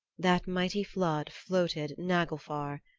that mighty flood floated naglfar,